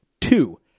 Two